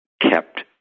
kept